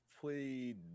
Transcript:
played